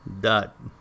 dot